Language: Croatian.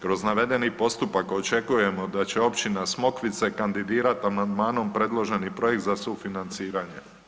Kroz navedeni postupak očekujemo da će općina Smokvica kandidirat amandmanom predloženi projekt za sufinanciranje.